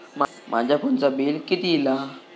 माझ्या फोनचा बिल किती इला?